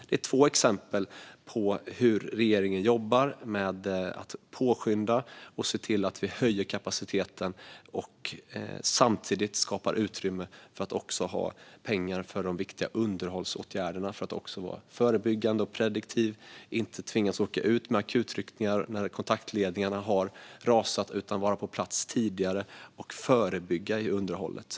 Det är två exempel på hur regeringen jobbar med att påskynda och se till att vi höjer kapaciteten och samtidigt skapar utrymme för att också ha pengar till de viktiga underhållsåtgärderna för att vara förebyggande och prediktiva och inte tvingas åka ut på akututryckningar när kontaktledningarna har rasat utan vara på plats tidigare och förebygga i underhållet.